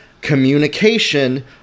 communication